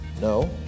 No